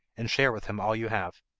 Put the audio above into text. and share with him all you have